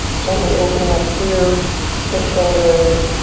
gently opening up through the shoulders,